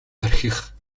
орхих